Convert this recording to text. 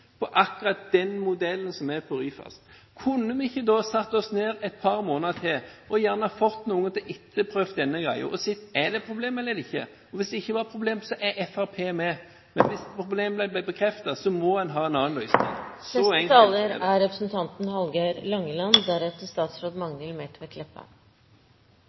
over akkurat den modellen som er for Ryfast. Kunne vi ikke da satt oss ned et par måneder til og fått noen til å etterprøve dette og sett om det er problemer eller ikke? Hvis det ikke er problemer, er Fremskrittspartiet med. Men hvis problemene blir bekreftet, må en ha en annen løsning. Så enkelt er